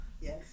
Yes